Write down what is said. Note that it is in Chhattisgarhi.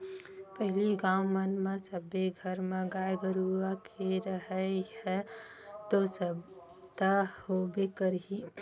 पहिली गाँव मन म सब्बे घर म गाय गरुवा के रहइ ह तो होबे करही